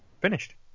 Finished